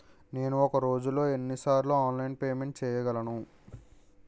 నేను ఒక రోజులో ఎన్ని సార్లు ఆన్లైన్ పేమెంట్ చేయగలను?